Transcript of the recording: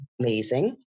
amazing